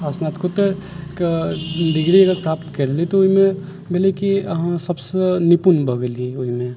आ स्नातकोत्तरके डिग्री अगर प्राप्त कर ली तऽ ओहिमे भेलै कि अहाँ सभसँ निपुण भऽ गेलियै ओहिमे